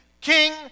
King